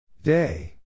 Day